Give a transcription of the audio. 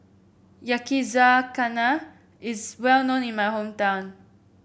Yakizakana is well known in my hometown